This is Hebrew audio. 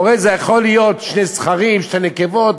הורים יכולים להיות שני זכרים, שתי נקבות.